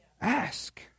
Ask